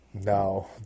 No